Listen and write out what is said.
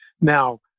Now